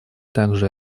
также